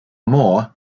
more